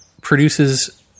produces